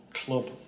club